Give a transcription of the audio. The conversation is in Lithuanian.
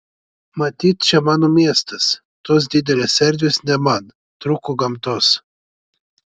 matyt čia mano miestas tos didelės erdvės ne man trūko gamtos